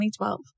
2012